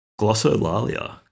Glossolalia